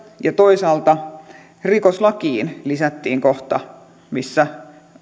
ja toisaalta rikoslakiin lisättiin kohta missä